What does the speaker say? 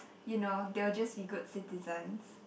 you know they will just be good citizens